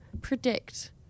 predict